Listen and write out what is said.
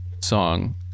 Song